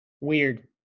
Weird